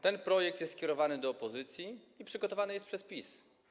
Ten projekt jest kierowany do opozycji i przygotowany jest przez PiS.